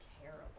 terrible